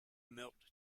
melt